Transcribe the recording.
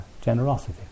generosity